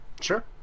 sure